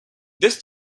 this